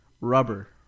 Rubber